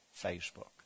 Facebook